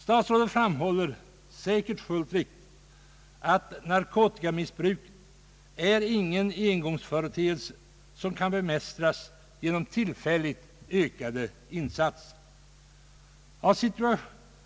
Statsrådet framhåller, säkert fullt riktigt, att narkotikamissbruket inte är någon engångsföreteelse, som kan bemästras genom tillfälligt ökade insatser.